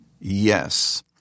yes